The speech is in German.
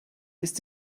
ist